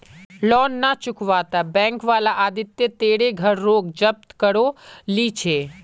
loan ना चुकावाता bank वाला आदित्य तेरे घर रोक जब्त करो ली छे